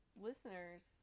listeners